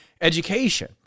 education